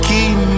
Keep